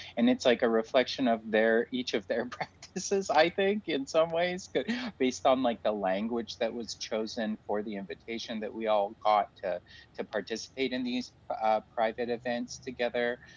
and it's like a reflection of each of their practices, i think, in some ways cause based on like the language that was chosen for the invitation that we all got to to participate in these private events together.